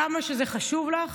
כמה שזה חשוב לך,